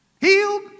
healed